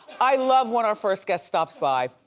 i love when our first guest stops by.